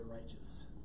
righteous